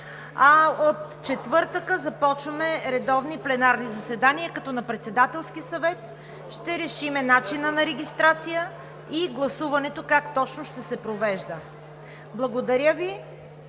а от четвъртък започваме редовни пленарни заседания, като на Председателския съвет ще решим начина на регистрация и гласуването как точно ще се провежда. Благодаря Ви.